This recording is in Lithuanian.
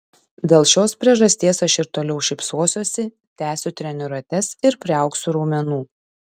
dėl šios priežasties aš ir toliau šypsosiuosi tęsiu treniruotes ir priaugsiu raumenų